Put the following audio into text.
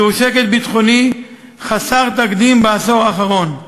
זהו שקט ביטחוני חסר תקדים בעשור האחרון,